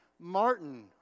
Martin